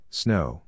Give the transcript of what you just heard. snow